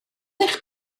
eich